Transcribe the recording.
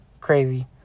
crazy